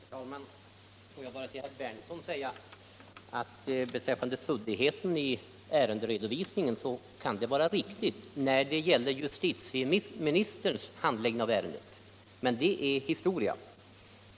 Herr talman! Låt mig bara till herr Berndtson säga att anmärkningarna om suddighet i handläggningen av ärendet är riktiga, men det gäller justiticministerns handläggning av det. Men det är historia.